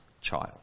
child